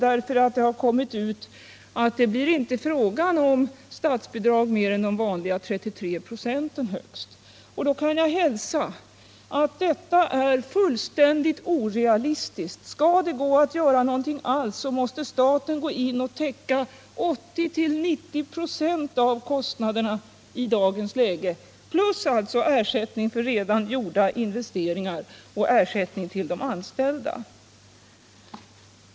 Det har nämligen kommit ut att det inte blir fråga om statsbidrag med mer än de vanliga 33 procenten. Då kan jag hälsa att detta är fullkomligt orealistiskt — skall det bli möjligt att göra någonting alls måste staten gå in och täcka 80-90 926 av kostnaderna i dagens läge, ersätta redan gjorda investeringar och ge ersättning till de anställda.